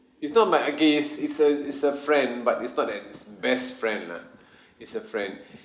it's not my okay it's a it's a friend but it's not that is best friend lah it's a friend